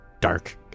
dark